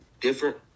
different